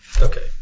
Okay